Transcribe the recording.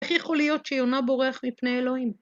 איך יכול להיות שיונה בורח מפני אלוהים?